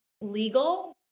legal